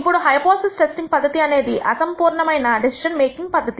ఇప్పుడు hypothesis testing పద్ధతి అనేది అసంపూర్ణమైన డెసిషన్ మేకింగ్ పద్ధతి